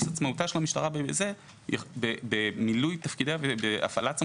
עצמאותה של המשטרה במילוי תפקידיה ובהפעלת סמכויותיה,